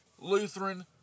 Lutheran